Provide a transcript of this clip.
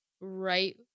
right